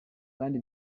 kandi